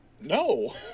No